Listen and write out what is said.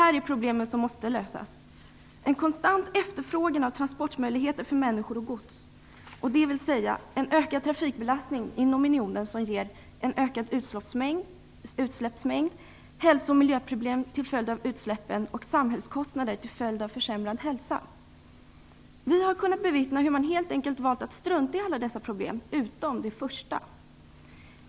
Följande problem måste lösas. En konstant efterfrågan på transportmöjligheter för människor och gods, dvs. en ökad trafikbelastning inom unionen som ger ökad utsläppsmängd, hälso och miljöproblem till följd av utsläppen och samhällskostnader till följd av försämrad hälsa. Vi har kunnat bevittna hur man helt enkelt valt att strunta i alla dessa problem utom det första.